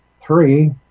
Three